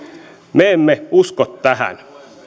me emme usko tähän